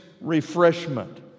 refreshment